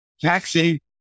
Taxi